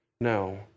No